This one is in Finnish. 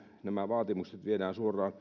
nämä vaatimukset viedään